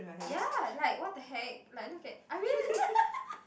ya like what the heck like look at I realise